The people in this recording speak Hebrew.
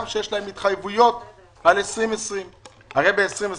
גם כשיש התחייבויות על 2020. הרי ב-2021